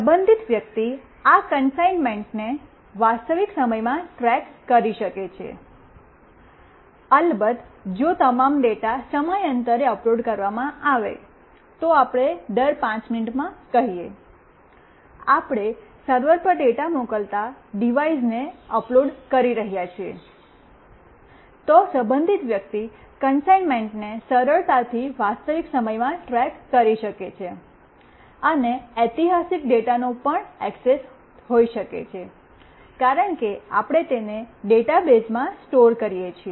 સંબંધિત વ્યક્તિ આ કન્સાઇન્મન્ટને વાસ્તવિક સમયમાં ટ્રેક કરી શકે છે અલબત્ત જો તમામ ડેટા સમયાંતરે અપલોડ કરવામાં આવે તો આપણે દર 5 મિનિટમાં કહીએ આપણે સર્વર પર ડેટા મોકલતા ડિવાઇસેસને અપલોડ કરી રહ્યાં છીએ તો સંબંધિત વ્યક્તિ કન્સાઇન્મન્ટને સરળતાથી વાસ્તવિક સમય માં ટ્રેક કરી શકે છે અને ઐતિહાસિક ડેટાનો પણ એકસસ પણ હોઈ શકે છે કારણ કે આપણે તેને ડેટાબેઝમાં સ્ટોર કરીએ છીએ